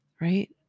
right